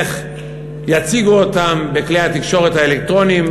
איך יציגו אותם בכלי התקשורת האלקטרוניים.